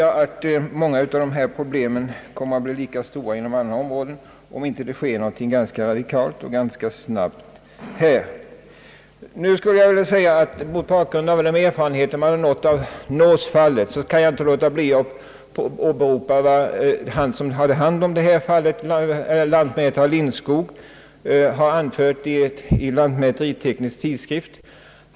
Jag tror att många av dessa problem kommer att bli lika svårlösta inom andra områden om det inte sker någonting ganska radikalt och ganska snabbt. Mot bakgrund av de erfarenheter man fått av Nåsfallet kan jag inte underlåta att åberopa vad <distriktslantmätare Sven Lindskog, som handhaft denna verksamhet, har anfört i en artikel i Svensk Lantmäteritidskrift.